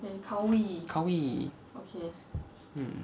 cowy